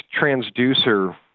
transducer